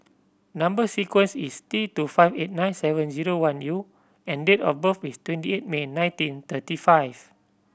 number sequence is T two five eight nine seven zero one U and date of birth is twenty eight May nineteen thirty five